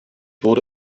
wurde